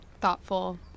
thoughtful